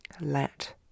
Let